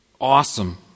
awesome